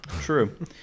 True